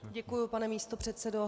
Děkuju, pane místopředsedo.